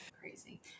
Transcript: crazy